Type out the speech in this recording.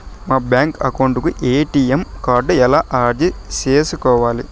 మా bank account కు ATM card ఎలా అర్జీ సేసుకోవాలి?